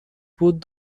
بود